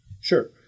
Sure